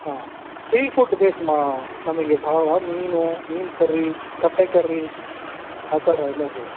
ಹಾಂ sea food ಬೇಕು ಮಾ ನಮಗೆ ಭಾಳ ಮೀನು ಮೀನು ಕರ್ರಿ ಕಪ್ಪೆ ಕರ್ರಿ ಆ ಥರ ಎಲ್ಲ ಬೇಕು